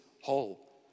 whole